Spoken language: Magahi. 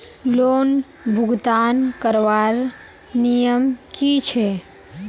लोन भुगतान करवार नियम की छे?